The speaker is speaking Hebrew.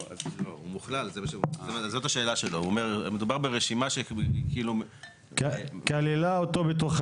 מדובר ברשימה שכללה אותו.